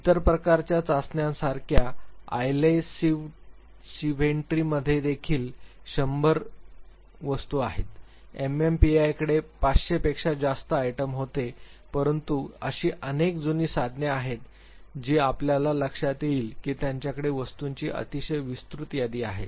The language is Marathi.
इतर प्रकारच्या चाचण्यांसारख्या आयलेन्सिन्व्हेंटरीमध्ये देखील 100items एमएमपीआयकडे 500 प्लस आयटम होते परंतु अशी अनेक जुनी साधने आहेत जी आपल्या लक्षात येईल की त्यांच्याकडे वस्तूंची अतिशय विस्तृत यादी आहे